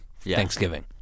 Thanksgiving